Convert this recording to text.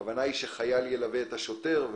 הכוונה היא שחייל ילווה את השוטר.